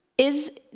is,